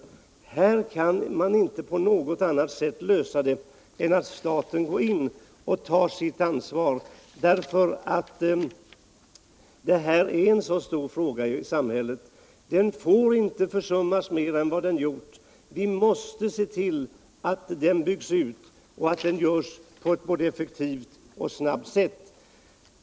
Problemen kan inte lösas på något annat sätt än genom att staten går in och tar sitt ansvar. Försummelserna får inte bli värre än vad som redan skett. Vi måste se till att vården byggs ut och att det görs på ett både effektivt och snabbt sätt.